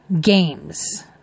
games